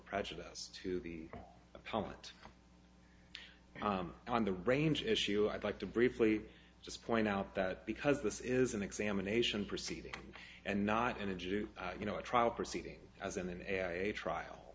prejudice to the opponent on the range issue i'd like to briefly just point out that because this is an examination proceeding and not in a do you know a trial proceeding as